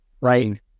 right